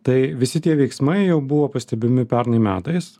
tai visi tie veiksmai jau buvo pastebimi pernai metais